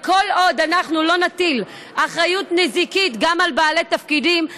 אבל כל עוד אנחנו לא נטיל אחריות נזיקית גם על בעלי תפקידים,